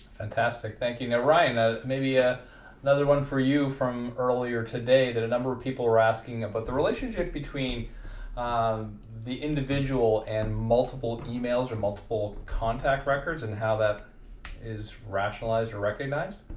fantastic thank you now ryan ah maybe ah another one for you from earlier today that a number of people are asking about but the relationship between um the individual and multiple emails or multiple contact records and how that is rationalized or recognized